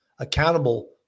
accountable